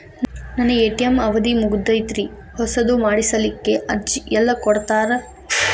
ನನ್ನ ಎ.ಟಿ.ಎಂ ಅವಧಿ ಮುಗದೈತ್ರಿ ಹೊಸದು ಮಾಡಸಲಿಕ್ಕೆ ಅರ್ಜಿ ಎಲ್ಲ ಕೊಡತಾರ?